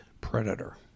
predator